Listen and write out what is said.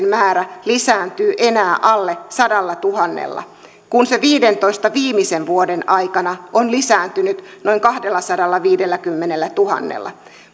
määrä lisääntyy enää alle sadallatuhannella kun se viimeisen viidentoista vuoden aikana on lisääntynyt noin kahdellasadallaviidelläkymmenellätuhannella